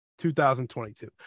2022